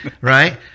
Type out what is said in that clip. Right